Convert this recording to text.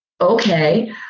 okay